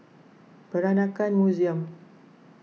Peranakan Museum